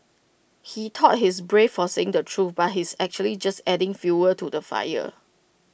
he thought he's brave for saying the truth but he's actually just adding fuel to the fire